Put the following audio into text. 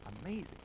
amazing